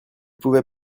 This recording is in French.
pouvait